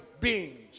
beings